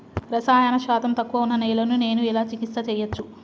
రసాయన శాతం తక్కువ ఉన్న నేలను నేను ఎలా చికిత్స చేయచ్చు?